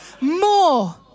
more